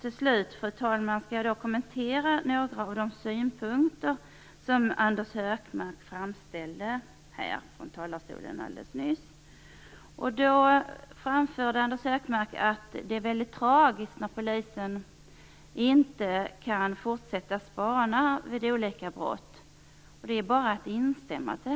Till slut vill jag kommentera några av de synpunkter som Anders Högmark framförde här i talarstolen alldeles nyss. Anders Högmark framförde att det är mycket tragiskt när polisen inte kan fortsätta att spana vid olika brott. Jag kan bara instämma i det.